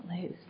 lose